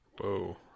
Whoa